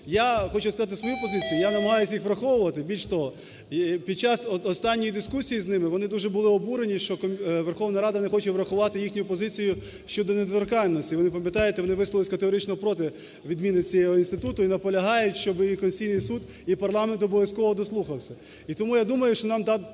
я хочу сказати свою позицію. Я намагаюся їх враховувати. Більше того, під час останньої дискусії з ними вони дуже були обурені, що Верховна Рада не хоче врахувати їхню позицію щодо недоторканності. Ви пам'ятаєте, вони висловилися категорично проти відміни цього інституту і наполягають, щоби і Конституційний Суд, і парламент обов'язково дослухався.